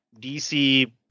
DC